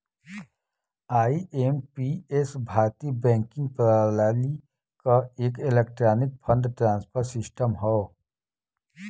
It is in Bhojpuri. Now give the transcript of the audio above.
आई.एम.पी.एस भारतीय बैंकिंग प्रणाली क एक इलेक्ट्रॉनिक फंड ट्रांसफर सिस्टम हौ